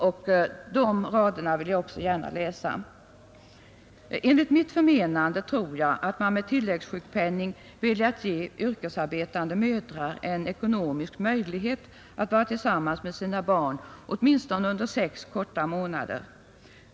Också de raderna vill jag gärna läsa: ”Enligt mitt förmenande tror jag att man med tilläggssjukpenning velat ge yrkesarbetande mödrar en ekonomisk möjlighet att vara tillsammans med sina barn åtminstone under sex korta månader.